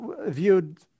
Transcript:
viewed